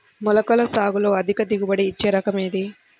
మొలకల సాగులో అధిక దిగుబడి ఇచ్చే రకం ఏది?